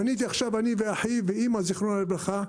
בניתי עכשיו אני ואחי ואמא זיכרונה לברכה,